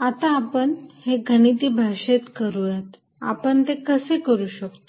आता आपण हे गणिती भाषेत करूयात आपण ते कसे करू शकतो